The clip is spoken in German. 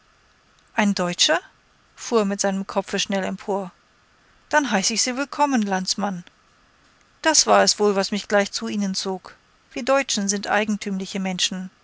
ein deutscher fuhr er mit dem kopfe schnell empor dann heiße ich sie willkommen landsmann das war es wohl was mich gleich zu ihnen zog wir deutschen sind eigentümliche menschen